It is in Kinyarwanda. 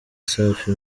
safi